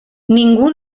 ningú